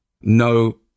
no